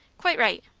quite right.